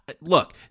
Look